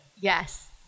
Yes